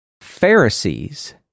Pharisees